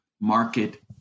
market